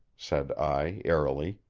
said i airily.